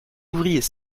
ouvriers